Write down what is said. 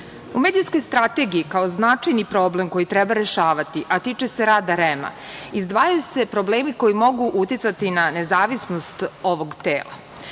medijskoj strategiji kao značajni problem koji treba rešavati, a tiče se rada REM-a izdvajaju se problemi koji mogu uticati na nezavisnost ovog tela.